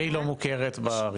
והיא לא מוכרת בארץ.